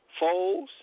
Foles